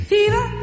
Fever